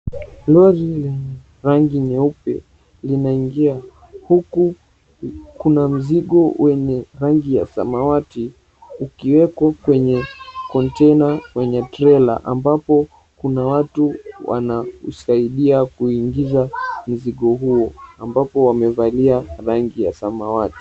Lori lenye rangi nyeupe inaingia huku kuna mzigo wenye rangi ya samawati ukiwekwa kwenye konteina kwenye trela ambapo kuna watu wanamsaidia kuingiza mzigo huo ambapo wamevalia rangi ya samawati.